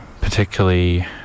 particularly